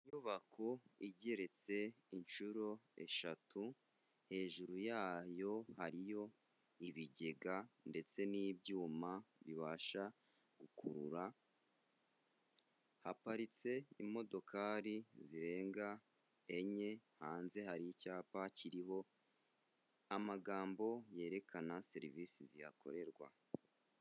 Inyubako igeretse inshuro eshatu hejuru yayo hariyo ibigega ndetse n'ibyuma bibasha gukurura, haparitse imodokari zirenga enye, hanze hari icyapa kiriho amagambo yerekana serivisi zihakorerwa.